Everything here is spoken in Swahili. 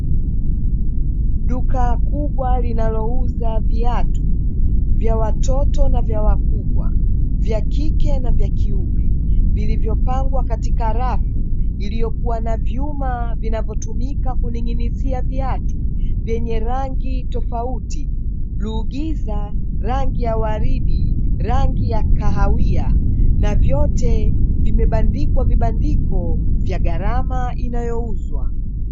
Duka kubwa linalouza viatu vya watoto na vya wakubwa, vya kike na vya kiume vilivyopangwa katika rafu iliyokua na vyuma vinavyo tumika kuning’inizia viatu, vyenye rangi tofauti bluugiza, rangi ya waridi, rangi ya kahawiya, na vyote vimebandikwa vibandiko vya gharama inayo uzwa.